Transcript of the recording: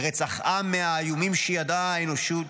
ברצח עם מהאיומים שידעה האנושות,